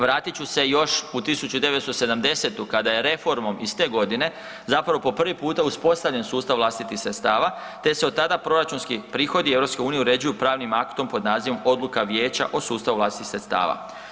Vratit ću se još u 1970. kada je reformom iz te godine zapravo po prvi puta uspostavljen sustav vlastitih sredstava, te se od tada proračunski prihodi EU uređuju pravnim aktom pod nazivom „Odluka vijeća o sustavu vlastitih sredstava“